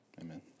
amen